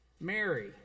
Mary